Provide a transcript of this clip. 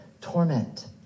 torment